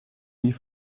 nie